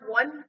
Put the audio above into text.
one